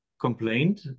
complaint